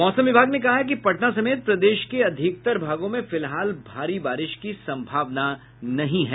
मौसम विभाग ने कहा है कि पटना समेत प्रदेश के अधिकतर भागों में फिलहाल भारी बारिश की संभावना नहीं है